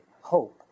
hope